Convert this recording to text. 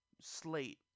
slate